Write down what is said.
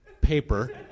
paper